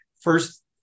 first